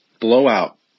Blowout